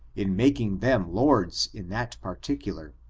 in making them lords in that particular,